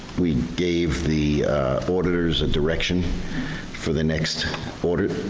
we gave the orders a direction for the next audit.